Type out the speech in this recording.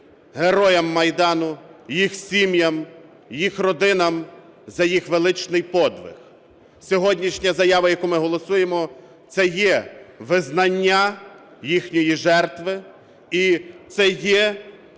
героям Майдану, їх сім'ям, їх родинам за їх величний подвиг. Сьогоднішня заява, яку ми голосуємо, - це є визнання їхньої жертви і це є те,